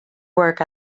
work